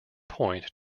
point